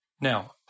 Now